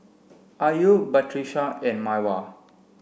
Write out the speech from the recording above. Ayu Batrisya and Mawar